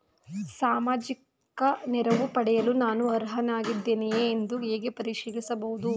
ಸಾಮಾಜಿಕ ನೆರವು ಪಡೆಯಲು ನಾನು ಅರ್ಹನಾಗಿದ್ದೇನೆಯೇ ಎಂದು ಹೇಗೆ ಪರಿಶೀಲಿಸಬಹುದು?